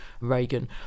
Reagan